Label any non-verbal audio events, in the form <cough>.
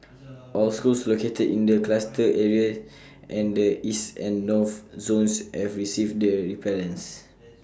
<noise> all schools located in the cluster areas and the east and north zones have received the repellents